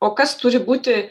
o kas turi būti